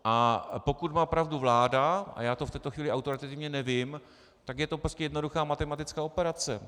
A pokud má pravdu vláda, a já to v této chvíli autoritativně nevím, tak je to prostě jednoduchá matematická operace.